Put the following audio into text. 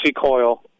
coil